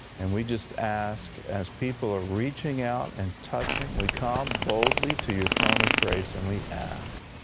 and we just ask, as people are reaching out and touching, we come boldly to your throne of grace and we ask